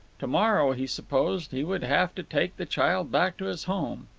to-morrow, he supposed, he would have to take the child back to his home.